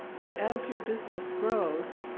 but as your business grows,